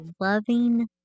loving